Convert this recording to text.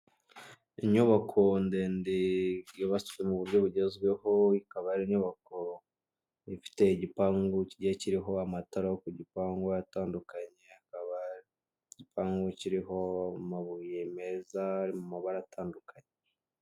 Inyubako ndende yubatswe mu buryo bugezweho, ikaba ari inyubako ifite igipangu kigiye kiriho amatara yo ku gipangu atandukanye, hakaba igipangu kiriho amabuye meza ari mu mabara atandukanye.